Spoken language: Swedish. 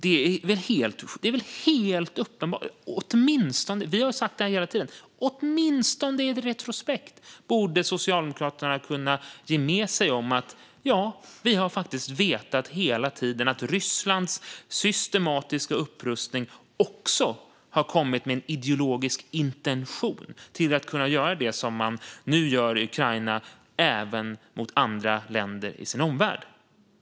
Det är väl helt uppenbart. Åtminstone retrospektivt borde Socialdemokraterna kunna ge med sig. Vi har faktiskt vetat hela tiden att Rysslands systematiska upprustning också har kommit med en ideologisk intention att kunna göra det som man nu gör i Ukraina även mot andra länder i Rysslands omvärld.